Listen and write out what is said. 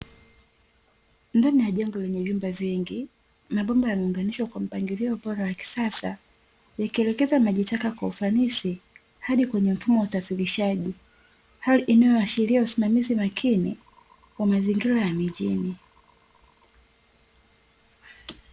Ndani ya jengo lenye vyumba vingi mabomba yameunganishwa kwa mpangilio bora wa kisasa yakielekeza maji taka kwa ufanisi hadi kwenye mfumo wa usafirishaji. Hali inayoashiria usimamizi makini wa mazingira ya mijini.